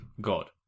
God